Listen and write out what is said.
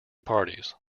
parties